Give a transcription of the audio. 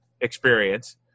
experience